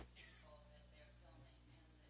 ah in their filming